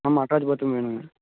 ஆமாம் attach bathroom வேணுங்க